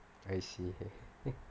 I see